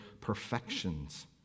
perfections